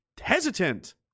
hesitant